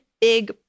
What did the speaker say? big